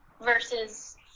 versus